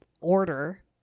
order